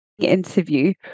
interview